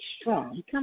strong